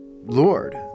Lord